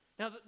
Now